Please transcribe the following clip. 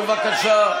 בבקשה.